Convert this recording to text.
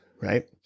right